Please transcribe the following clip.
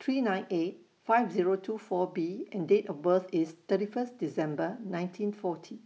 three nine eight five Zero two four B and Date of birth IS thirty First December nineteen forty